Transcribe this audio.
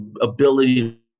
ability